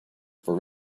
for